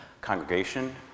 congregation